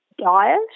diet